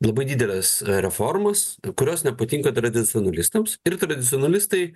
labai dideles reformas kurios nepatinka tradicionalistams ir tradicionalistai